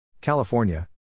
California